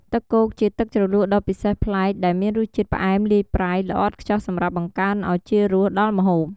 ទឹកគោកជាទឹកជ្រលក់ដ៏ពិសេសប្លែក ដែលមានរសជាតិផ្អែមលាយប្រៃ ល្អឥតខ្ចោះសម្រាប់បង្កើនឱជារសដល់ម្ហូប។